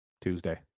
Tuesday